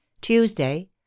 Tuesday